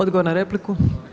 Odgovor na repliku.